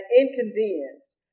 inconvenienced